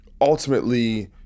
ultimately